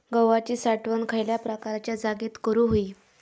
गव्हाची साठवण खयल्या प्रकारच्या जागेत करू होई?